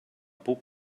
puc